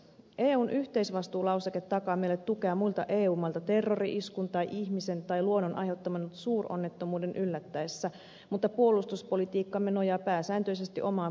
eun yhteisvastuulauseke takaa meille tukea muilta eu mailta terrori iskun tai ihmisen tai luonnon aiheuttaman suuronnettomuuden yllättäessä mutta puolustuspolitiikkamme nojaa pääsääntöisesti omaan puolustusvoimaan